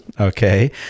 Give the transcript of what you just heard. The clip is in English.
Okay